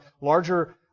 larger